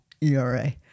ERA